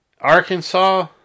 Arkansas